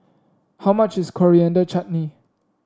how much is Coriander Chutney